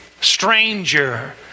stranger